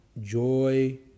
joy